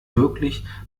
wirklich